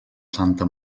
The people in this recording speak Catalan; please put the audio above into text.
santa